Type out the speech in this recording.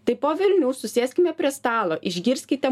tai po velnių susėskime prie stalo išgirskite